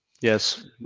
Yes